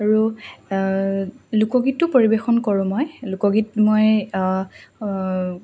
আৰু লোকগীতটো পৰিৱেশন কৰোঁ মই লোকগীত মই